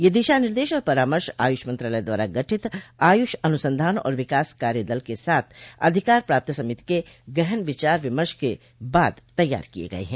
यह दिशा निर्देश और परामर्श आयुष मंत्रालय द्वारा गठित आयुष अनुसंधान और विकास कार्य दल के साथ अधिकार प्राप्त समिति के गहन विचार विमर्श के बाद तैयार किए गए हैं